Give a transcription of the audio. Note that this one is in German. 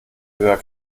höher